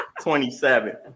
27